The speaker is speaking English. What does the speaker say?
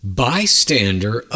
bystander